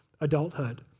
adulthood